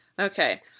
Okay